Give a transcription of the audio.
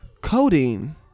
codeine